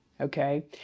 Okay